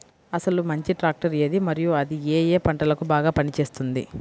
అసలు మంచి ట్రాక్టర్ ఏది మరియు అది ఏ ఏ పంటలకు బాగా పని చేస్తుంది?